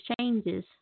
changes